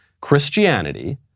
Christianity